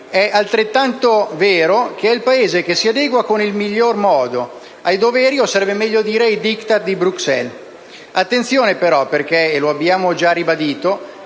è altrettanto vero che è il Paese che si adegua in modo migliore ai doveri, o sarebbe meglio dire ai *diktat*, di Bruxelles. Attenzione però, perché - e lo abbiamo già ribadito